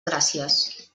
gràcies